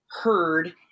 heard